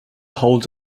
hold